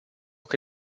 che